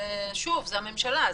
שוב, זאת הממשלה.